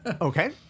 okay